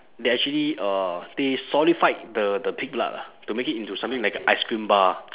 they actually uh they solidified the the pig blood lah to make it into something like a ice cream bar